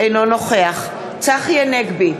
אינו נוכח צחי הנגבי,